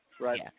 right